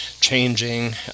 changing